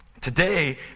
Today